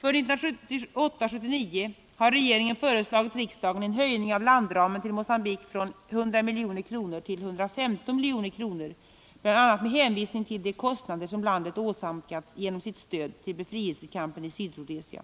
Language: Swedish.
För 1978/79 har regeringen föreslagit riksdagen en höjning av landramen till Mogambique från 100 milj.kr. till 115 milj.kr., bl.a. med hänvisning till de kostnader som landet åsamkats genom sitt stöd till befrielsekampen i Sydrhodesia.